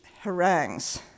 harangues